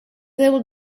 able